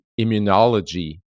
immunology